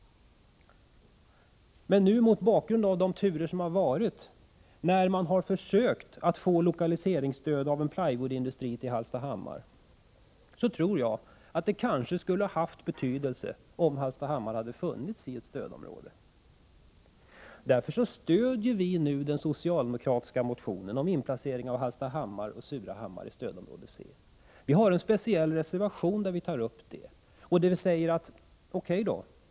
Men mot bakgrund av de olika turer som förekommit när man försökt få lokaliseringsstöd till en plywoodindustri i Hallstahammar tror jag att det kanske skulle ha haft betydelse, om Hallstahammar hade tillhört ett stödområde. Därför stödjer vi nu den socialdemokratiska motionen om inplacering av Hallstahammar och Surahammar i stödområde C. Vi har en speciell reservation där vi tar upp det och där vi säger O.K.